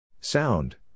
Sound